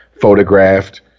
photographed